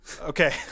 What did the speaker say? Okay